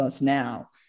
now